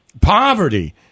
poverty